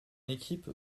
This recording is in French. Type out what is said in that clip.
équipe